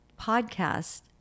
podcast